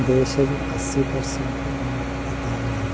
देश जो असी परसेंट लूण हितां ई वेंदो आहे